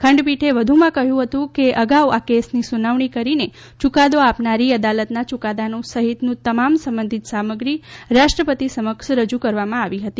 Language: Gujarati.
ખંડપીઠે વધુમાં કહ્યું હતું કે અગાઉ આ કેસની સુનાવણી કરીને યુકાદો આપનારી અદાલતના યુકાદા સહિતનું તમામ સંબંધિત સામગ્રી રાષ્ટ્રપતિ સમક્ષ રજૂ કરવામાં આવી હતી